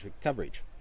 coverage